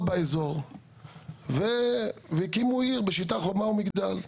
באזור והקימו עיר בשיטה חומה ומגדל.